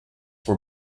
were